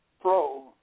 Pro